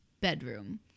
bedroom